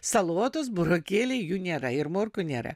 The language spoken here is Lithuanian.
salotos burokėliai jų nėra ir morkų nėra